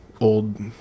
old